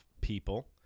people